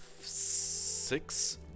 six